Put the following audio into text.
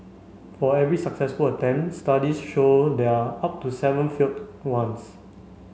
for every successful attempt studies show there are up to seven failed ones